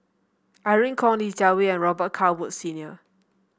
Irene Khong Li Jiawei and Robet Carr Woods Senior